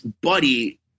buddy